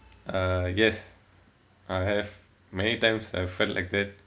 uh I guess I have many times I've felt like that